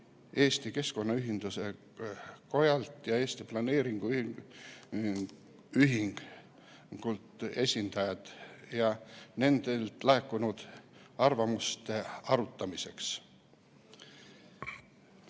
Eesti Keskkonnaühenduste Koja ja Eesti Planeerijate Ühingu esindajad nendelt laekunud arvamuste arutamiseks.